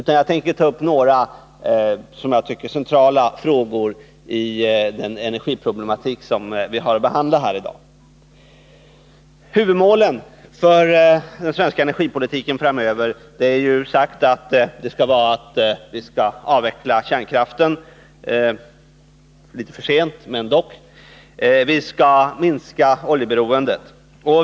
Jag tänker bara ta upp några, som jag tycker, centrala frågor i den energiproblematik som vi har att behandla här i dag. Huvudmålen för den svenska energipolitiken framöver har sagts vara att vi skall avveckla kärnkraften — litet för sent, men ändå — och minska oljeberoendet.